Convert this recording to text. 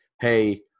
hey